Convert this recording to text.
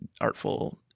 artful